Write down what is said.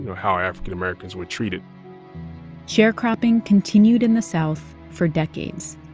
how african americans were treated sharecropping continued in the south for decades.